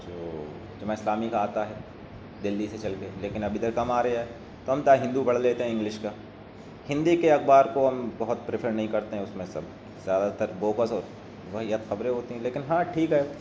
جو جماعت اسلامی کا آتا ہے دلی سے چل کے لیکن ابھی تو کم آ رہا ہے تو ہم دی ہندو پڑھ لیتے ہیں انگلش کا ہندی کے اخبار کو ہم بہت پریفرینس نہیں کرتے ہیں اس میں سب زیادہ تر بوکس اور واہیات خبریں ہوتی ہیں لیکن ہاں ٹھیک ہے